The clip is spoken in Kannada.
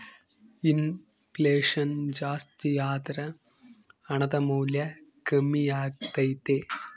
ಇನ್ ಫ್ಲೆಷನ್ ಜಾಸ್ತಿಯಾದರ ಹಣದ ಮೌಲ್ಯ ಕಮ್ಮಿಯಾಗತೈತೆ